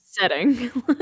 setting